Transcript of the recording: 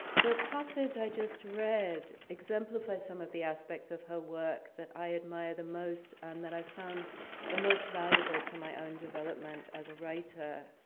the passage i just read exemplifies some of the aspects of her work that i admire the most and that i found the most valuable to my own development as a writer.